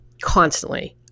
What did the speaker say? Constantly